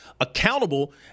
accountable